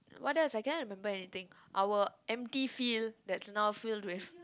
what else I cannot remember anything our empty field that's now filled with